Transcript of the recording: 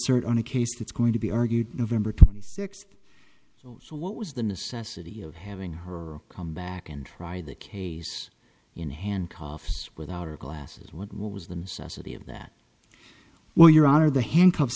certain a case that's going to be argued november twenty eighth so what was the necessity of having her come back and try the case in handcuffs without her glasses what was the necessity of that well your honor the handcuffs